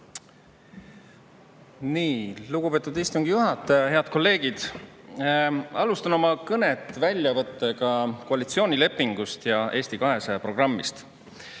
Lugupeetud istungi juhataja! Head kolleegid! Alustan oma kõnet väljavõttega koalitsioonilepingust ja Eesti 200 programmist.